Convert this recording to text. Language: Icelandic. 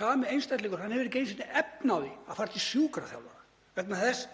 sami einstaklingur hefur ekki einu sinni efni á því að fara til sjúkraþjálfara vegna þess